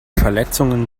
verletzungen